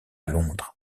londres